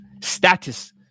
Status